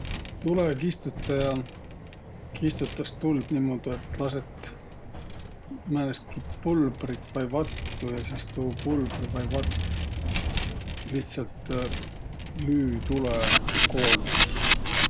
Tulõkistutaja kistutas tuld niimuudu, et lasõt määnestki pulbrit vai vattu. Ja sis tuu pulbri vai vatt lihtsält lüü tulõ koolnus.